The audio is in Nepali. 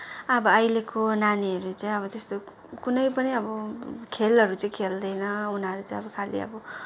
अब अहिलेको नानीहरू चाहिँ अब त्यस्तो कुनै पनि अब खेलहरू चाहिँ खेल्दैन उनीहरूले चाहिँ खालि अब